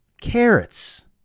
Carrots